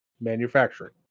manufacturing